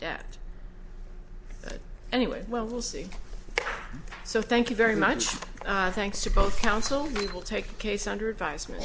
debt anyway well we'll see so thank you very much thanks to both counsel will take the case under adviseme